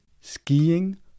skiing